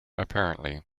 apparently